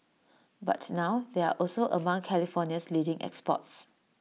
but now they are also among California's leading exports